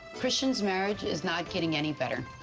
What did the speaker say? christian's marriage is not getting any better.